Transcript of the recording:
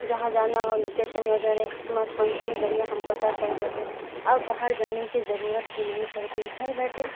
جہاں جانا ہو لوکیشن وغیرہ اسمارٹ فون کے ہی ذریعہ ہم پتہ کر دیتے ہیں اورب باہر جانے کی ضرورت بھی نہیں پڑتی ہے گھر بیٹھے